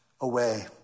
away